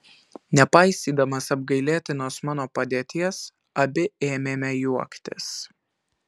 nepaisydamos apgailėtinos mano padėties abi ėmėme juoktis